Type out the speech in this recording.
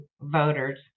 voters